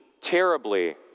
terribly